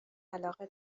علاقه